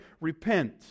repent